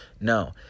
No